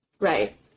right